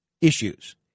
issues